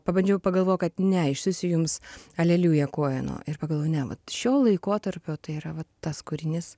pabandžiau ir pagalvojau kad ne išsiųsiu jums aleliuja koeno ir pagalvojau ne vat šio laikotarpio tai yra vat tas kūrinys